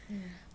mmhmm